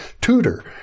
tutor